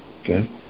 Okay